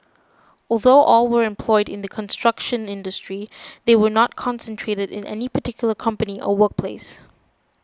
although all were employed in the construction industry they were not concentrated in any particular company or workplace